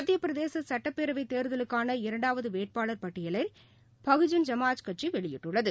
மத்தியபிரதேசசட்டப்பேரவைத் தேர்தலுக்கான இரண்டாவதுவேட்பாளர் பட்டியலைபகுஜன் சமாற் கட்சிவெளியிட்டுள்ளது